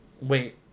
Wait